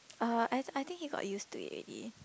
uh I I think he got used to it already